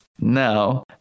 Now